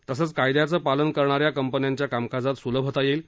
तसेच कायद्याचे पालन करणाऱ्या कंपन्यांच्या कामकाजात सुलभता येईल